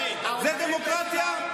זה דמוקרטיה?